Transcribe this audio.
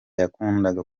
yakundaga